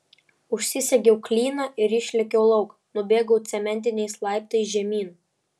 užsisegiau klyną ir išlėkiau lauk nubėgau cementiniais laiptais žemyn